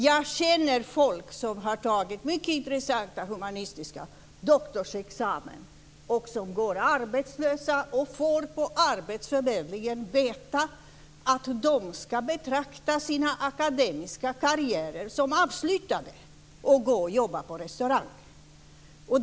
Jag känner folk som har tagit mycket intressanta humanistiska doktorsexamina och som går arbetslösa. På arbetsförmedlingen får de veta att de ska betrakta sina akademiska karriärer som avslutade och gå och jobba på en restaurang.